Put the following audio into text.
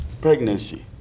pregnancy